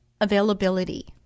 availability